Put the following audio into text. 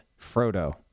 Frodo